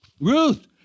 Ruth